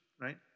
right